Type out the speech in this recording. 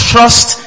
Trust